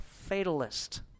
fatalist